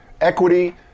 equity